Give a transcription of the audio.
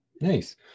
Nice